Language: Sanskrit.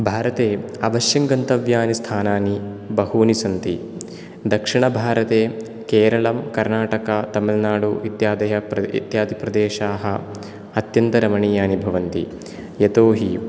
भारते अवश्यं गन्तव्यानि स्थानानि बहूनि सन्ति दक्षिण भारते केरलं कर्णाटक तमिल्नाडू इत्यादय प्र इत्यादि प्रदेशाः अत्यन्त रमणीयानि भवन्ति यतोहि